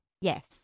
Yes